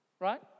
right